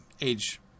age